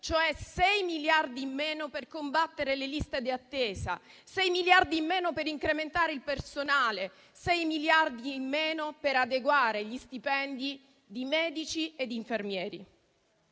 cioè 6 miliardi in meno per combattere le liste d'attesa; 6 miliardi in meno per incrementare il personale; 6 miliardi in meno per adeguare gli stipendi di medici ed infermieri,